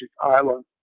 island